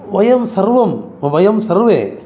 वयं सर्वं वर्यं सर्वे